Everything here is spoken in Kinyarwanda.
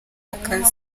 akazi